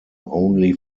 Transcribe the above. only